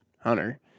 hunter